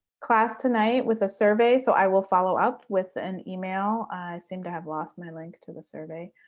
class tonight with a survey. so, i will follow up with an email i seem to have lost my link to the survey.